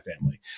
family